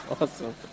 awesome